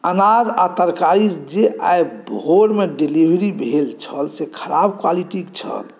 अनाज आओर तरकारी जे आइ भोरमे डिलीवरी भेल छल से खराब क्वालिटीके छल